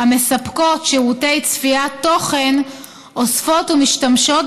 המספקות שירותי צפיית תוכן אוספות ומשתמשות